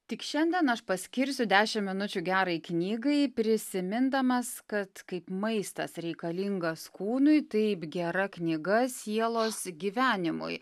tik šiandien aš paskirsiu dešimt minučių gerai knygai prisimindamas kad kaip maistas reikalingas kūnui taip gera knyga sielos gyvenimui